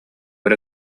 эрэ